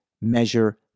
measure